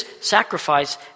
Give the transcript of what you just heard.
sacrifice